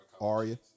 Aria